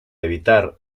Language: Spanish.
evitar